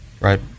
Right